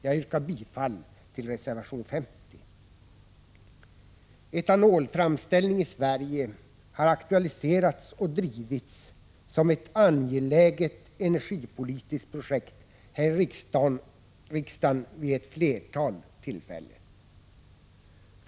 Jag yrkar bifall till reservation 50. Etanolframställning i Sverige har aktualiserats och drivits som ett angeläget energipolitiskt projekt här i riksdagen vid ett flertal tillfällen.